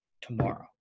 tomorrow